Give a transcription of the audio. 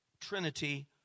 Trinity